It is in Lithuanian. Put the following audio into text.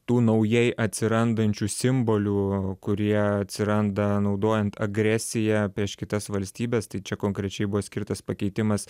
tų naujai atsirandančių simbolių kurie atsiranda naudojant agresiją prieš kitas valstybes tai čia konkrečiai buvo skirtas pakeitimas